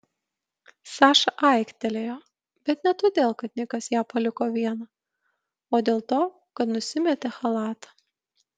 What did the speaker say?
saša aiktelėjo bet ne todėl kad nikas ją paliko vieną o dėl to kad nusimetė chalatą